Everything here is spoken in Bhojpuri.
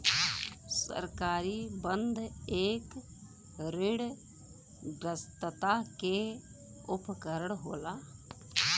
सरकारी बन्ध एक ऋणग्रस्तता के उपकरण होला